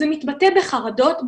זה מתבטא בחרדות,